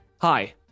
hi